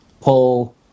pull